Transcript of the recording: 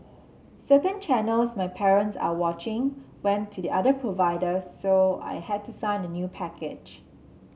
certain channels my parents are watching went to the other provider so I had to sign a new package